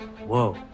Whoa